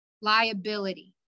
Liability